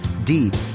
deep